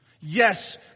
Yes